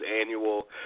annual